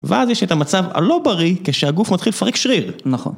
ואז יש את המצב הלא בריא, כשהגוף מתחיל לפרק שריר. נכון.